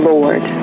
Lord